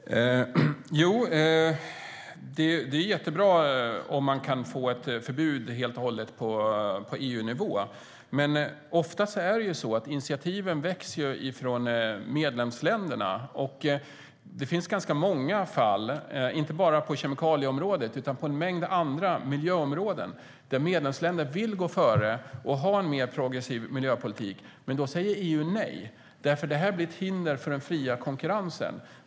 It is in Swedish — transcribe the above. Fru talman! Det är jättebra om man kan få ett förbud på EU-nivå. Men ofta är det så att initiativen växer från medlemsländerna, och det finns ganska många fall - inte bara på kemikalieområdet utan på en mängd andra miljöområden - där medlemsländerna vill gå före och ha en mer progressiv miljöpolitik. Då säger EU nej, därför att detta blir ett hinder för den fria konkurrensen.